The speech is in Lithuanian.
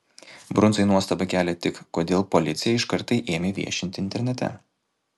brundzai nuostabą kelia tik kodėl policija iškart tai ėmė viešinti internete